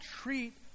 treat